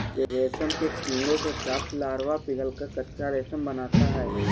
रेशम के कीड़ों से प्राप्त लार्वा पिघलकर कच्चा रेशम बनाता है